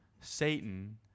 Satan